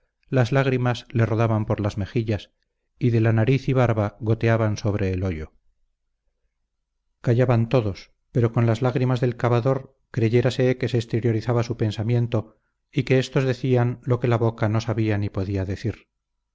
las lágrimas le rodaban por las mejillas y de la nariz y barba goteaban sobre el hoyo callaban todos pero con las lágrimas del cavador creyérase que se exteriorizaba su pensamiento y que éstos decían lo que la boca no sabía ni podía decir